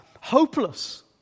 hopeless